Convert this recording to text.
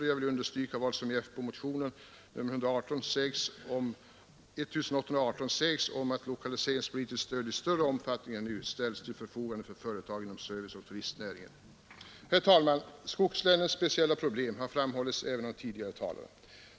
Jag vill här understryka vad som i folkpartimotionen 1818 sägs om att lokaliseringpolitiskt stöd i större omfattning än nu bör ställas till förfogande för företag inom serviceoch turistnäringarna. Herr talman! Skogslänens speciella problem har framhållits även av tidigare talare.